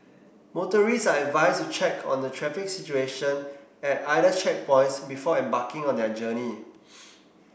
motorists are advised to check on the traffic situation at either checkpoints before embarking on their journey